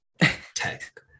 tech